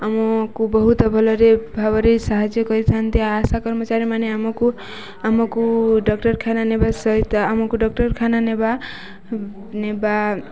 ଆମକୁ ବହୁତ ଭଲରେ ଭାବରେ ସାହାଯ୍ୟ କରିଥାନ୍ତି ଆଶା କର୍ମଚାରୀ ମାନେ ଆମକୁ ଆମକୁ ଡାକ୍ତରଖାନା ନେବା ସହିତ ଆମକୁ ଡାକ୍ତରଖାନା ନେବା ନେବା